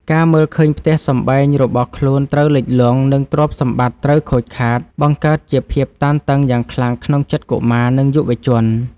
ការមើលឃើញផ្ទះសម្បែងរបស់ខ្លួនត្រូវលិចលង់ និងទ្រព្យសម្បត្តិត្រូវខូចខាត បង្កើតជាភាពតានតឹងយ៉ាងខ្លាំងក្នុងចិត្តកុមារ និងយុវជន។